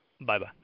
Bye-bye